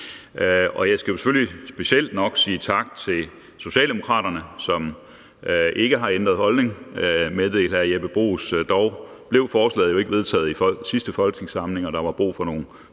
Jeg skal selvfølgelig specielt sige tak til Socialdemokraterne, som ikke har ændret holdning, som hr. Jeppe Bruus meddelte, men forslaget blev jo dog ikke vedtaget i sidste folketingssamling, og der var brug for nogle